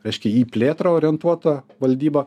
reiškia į plėtrą orientuota valdyba